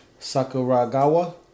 Sakuragawa